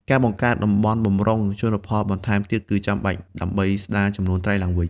ការបង្កើត តំបន់បម្រុង ជលផលបន្ថែមទៀតគឺចាំបាច់ដើម្បីស្តារចំនួនត្រីឡើងវិញ។